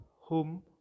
home